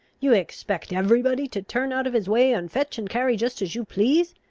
you expect every body to turn out of his way, and fetch and carry, just as you please?